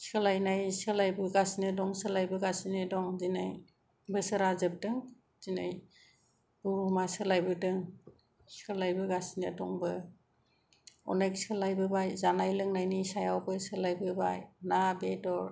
सोलायनाय सोलायबोगासिनो दं सोलायबोगासिनो दं दिनै बोसोरा जोबदों दिनै बुहुमा सोलायबोदों सोलायबोगासिनो दंबो अनेख सोलायबोबाय जानाय लोंनायनि सायावबो सोलायबोबाय ना बेदर